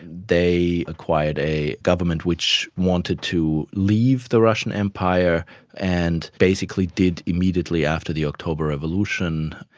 they acquired a government which wanted to leave the russian empire and basically did immediately after the october revolution,